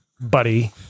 buddy